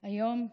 היום,